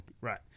Right